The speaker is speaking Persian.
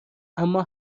اما